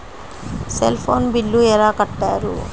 Cell phone bill ఎలా కట్టారు?